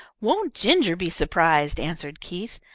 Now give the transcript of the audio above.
won't ginger be surprised? answered keith.